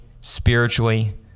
spiritually